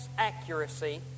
Accuracy